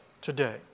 today